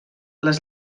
les